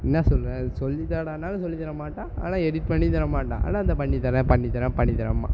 என்ன சொல்லுவ இதை சொல்லித்தாடான்னாலும் சொல்லித்தர மாட்டான் ஆனால் எடிட் பண்ணியும் தரமாட்டான் ஆனால் இதோ பண்ணித்தரேன் பண்ணித்தரேன் பண்ணித்தரேம்பான்